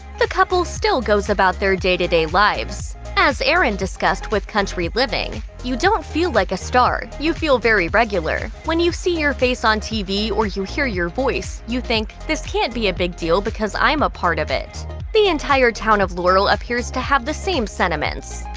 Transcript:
the couple still goes about their day-to-day lives. as erin discussed with country living, you don't feel like a star. you feel very regular. when you see your face on tv or you hear your voice, you think, this can't be a big deal because i'm a part of it the entire town of laurel appears to have the same sentiments.